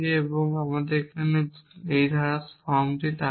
সুতরাং আমাদের এখানে ধারা ফর্ম তাকান